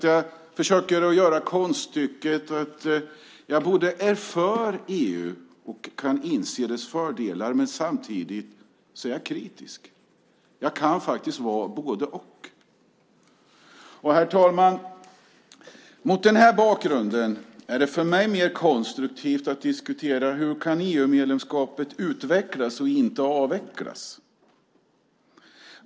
Jag försöker göra konststycket att vara för EU och inse dess fördelar men samtidigt vara kritisk. Jag kan faktiskt vara både-och. Herr talman! Mot den bakgrunden är det för mig mer konstruktivt att diskutera hur EU-medlemskapet kan utvecklas än hur det ska avvecklas.